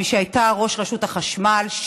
שהייתה ראש רשות החשמל,